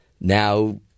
now